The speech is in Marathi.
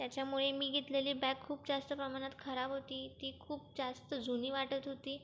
त्याच्यामुळे मी घेतलेली बॅग खूप जास्त प्रमाणात खराब होती ती खूप जास्त जुनी वाटत होती